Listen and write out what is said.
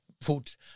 put